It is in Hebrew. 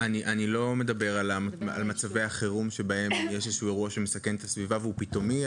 אני לא מדבר על מצבי החירום בהם יש אירוע שמסכן את הסביבה והוא פתאומי,